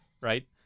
right